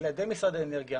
בלעדי משרד האנרגיה,